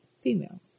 female